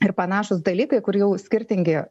ir panašūs dalykai kur jau skirtingi